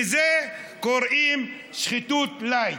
לזה קוראים שחיתות-לייט.